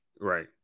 right